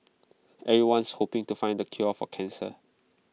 everyone's hoping to find the cure for cancer